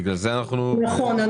נכון.